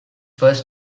first